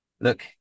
Look